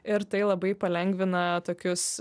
ir tai labai palengvina tokius